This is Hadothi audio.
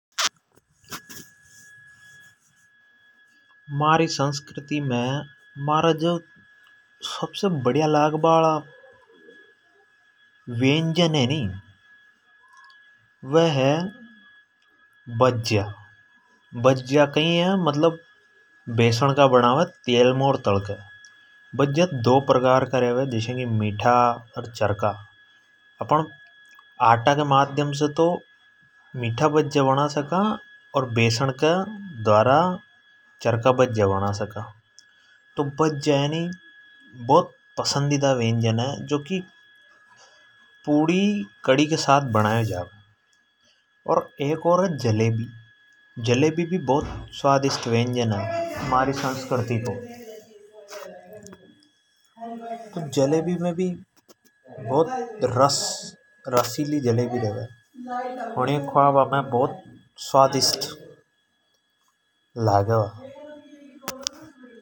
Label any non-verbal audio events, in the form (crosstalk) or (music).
महारी संस्कृति मे माहरा जो सबसे बडी़या लाग बा हाला वेन्जन है नि वे है भजया। भजया कई बेसन का बनावे तेल मे होर तल के। भजया दो प्रकार का रेवे जस्या की मीठा और चरका। अपण आटा के माध्यम से तो मीठा भजया बना सका। अर बेसन के द्वारा चरका भजया बना सका। तो भजया है नी बोत पसंदीदा वेनजन है जो पूडी कड़ी के साथ बनायो जावे। एक और है जलेबी। (noise) जलेबी भी बोत स्वादिष्ट वेंजन है, (noise) महारी संस्करती को। जलेबी भी (hesitation) रसीली रेवे ऊँणी खाबा मे भी स्वादिष्ट लागे वा।